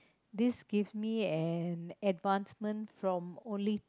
this give me an advancement from only